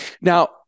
Now